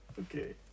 Okay